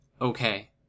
Okay